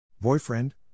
Boyfriend